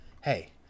Hey